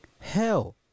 Hell